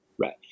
Right